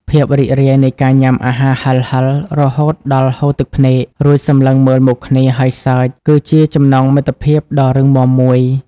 ភាពរីករាយនៃការញ៉ាំអាហារហិរៗរហូតដល់ហូរទឹកភ្នែក រួចសម្លឹងមើលមុខគ្នាហើយសើច គឺជាចំណងមិត្តភាពដ៏រឹងមាំមួយ។